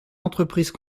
entreprises